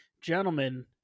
Gentlemen